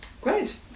great